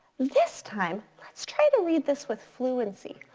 this time let's try to read this with fluency.